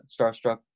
starstruck